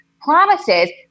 promises